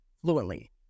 fluently